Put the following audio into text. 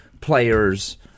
players